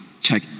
check